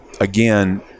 again